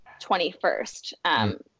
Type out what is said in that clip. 21st